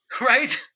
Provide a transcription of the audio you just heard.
Right